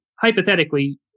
hypothetically